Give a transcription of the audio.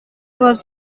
was